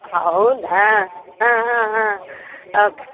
ಹೌದಾ ಹಾಂ ಹಾಂ ಹಾಂ ಓಕೆ